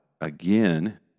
again